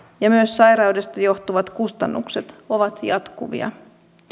ja myös sairaudesta johtuvat kustannukset ovat jatkuvia